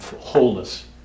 wholeness